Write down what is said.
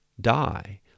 die